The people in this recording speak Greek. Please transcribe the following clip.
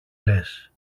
λες